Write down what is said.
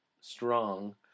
strong